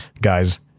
Guys